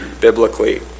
biblically